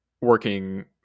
working